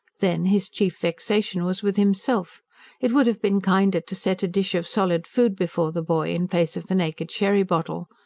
then, his chief vexation was with himself it would have been kinder to set a dish of solid food before the boy, in place of the naked sherry-bottle.